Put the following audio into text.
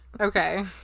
Okay